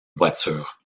voiture